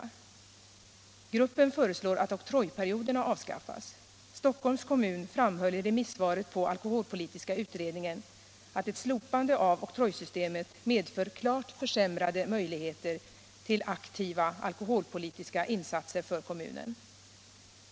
Gruppen föreslår att oktrojperioderna avskaffas. Stockholms kommun framhöll i remissvaret på alkoholpolitiska utredningen att ett slopande av oktrojsystemet medför klart försämrade möjligheter till aktiva alkoholpolitiska insatser för kommunen.